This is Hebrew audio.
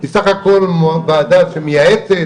היא בסך הכל ועדה שמייעצת,